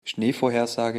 schneevorhersage